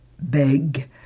Beg